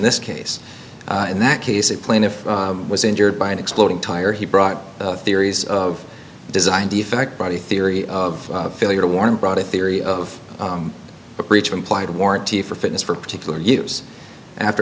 this case in that case the plaintiff was injured by an exploding tire he brought theories of design defect body theory of failure to warn brought a theory of a preacher implied warranty for fitness for particular use after